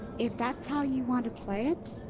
if that's how you want to play it.